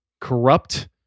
corrupt